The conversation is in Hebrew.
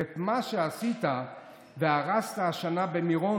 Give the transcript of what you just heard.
ואת מה שעשית והרסת השנה במירון,